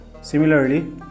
similarly